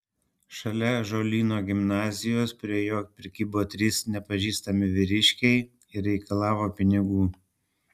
šalia ąžuolyno gimnazijos prie jo prikibo trys nepažįstami vyriškai ir reikalavo pinigų